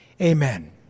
Amen